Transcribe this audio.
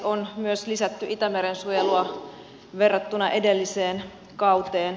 on myös lisätty itämeren suojelua verrattuna edelliseen kauteen